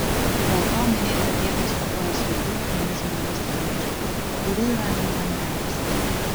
be to minėta dieta stokoja svarbių organizmui maistinių medžiagų kurių yra angliavandeniuose